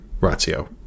ratio